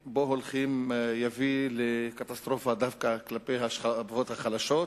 יביא לקטסטרופה דווקא בקרב השכבות החלשות.